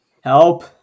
help